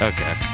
Okay